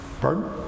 Pardon